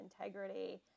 integrity